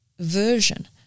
version